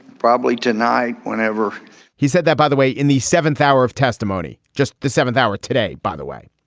probably tonight, whenever he said that, by the way, in the seventh hour of testimony, just the seventh hour today, by the way,